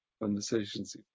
conversations